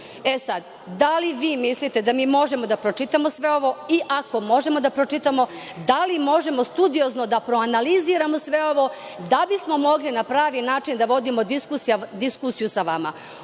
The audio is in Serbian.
15 sati. Da li vi mislite da mi možemo da pročitamo sve ovo i ako možemo da pročitamo da li možemo studiozno da proanaliziramo sve ovo da bi smo mogli na pravi način da vodimo diskusiju sa vama? Uzeli